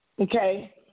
Okay